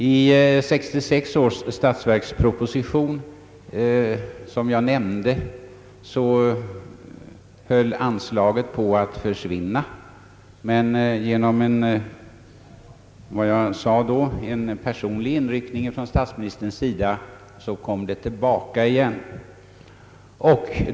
I 1966 års statsverksproposition höll anslaget således på att försvinna, men genom en som jag då sade personlig inriktning från statsministerns sida kom det tillbaka igen.